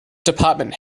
department